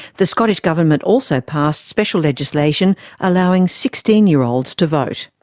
the scottish government also passed special legislation allowing sixteen year olds to vote.